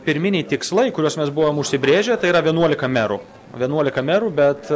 pirminiai tikslai kuriuos mes buvom užsibrėžę tai yra vienuolika merų vienuolika merų bet